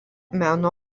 meno